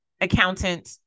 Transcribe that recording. accountant